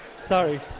sorry